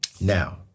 Now